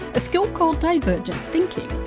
a skill called divergent thinking.